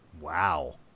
Wow